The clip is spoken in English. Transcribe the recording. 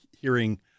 hearing